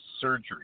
surgery